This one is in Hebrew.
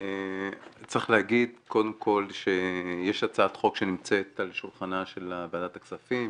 צריך להגיד קודם כל שיש הצעת חוק שנמצאת על שולחנה של ועדת הכספים,